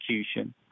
execution